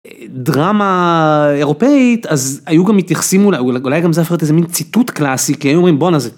דרמה אירופאית אז היו גם מתייחסים אולי גם זה אפרת איזה מין ציטוט קלאסי כי אומרים בואנ'ה זאת